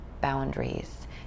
boundaries